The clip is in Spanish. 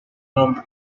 nombre